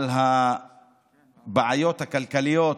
על הבעיות הכלכליות